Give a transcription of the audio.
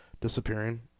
disappearing